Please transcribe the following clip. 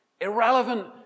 Irrelevant